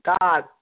God